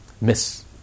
miss